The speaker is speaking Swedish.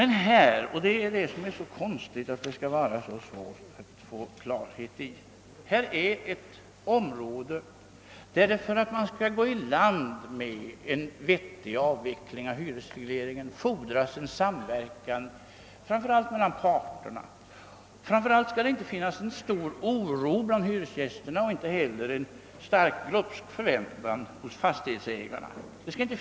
I detta fall gäller det dock först och främst — och det är detta som det är underligt att man har så svårt att för stå — att det för att vi skall kunna lyckas med en vettig avveckling av hyresregleringen fordras en samverkan mellan parterna. Framför allt skall det inte finnas en stor oro bland hyresgästerna och inte heller någon stark och glupsk förväntan hos fastighetsägarna inför denna reform.